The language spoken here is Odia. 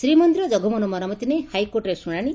ଶ୍ରୀମନ୍ଦିର ଜଗମୋହନ ମରାମତି ନେଇ ହାଇକୋର୍ଟରେ ଶୁଶାଶି